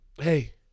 hey